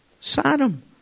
Sodom